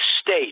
state